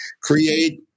create